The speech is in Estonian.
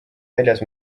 väljas